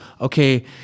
okay